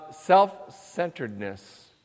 Self-centeredness